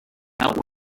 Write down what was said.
out